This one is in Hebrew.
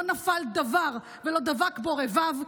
לא נפל דבר ולא דבק בו רבב,